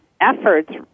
efforts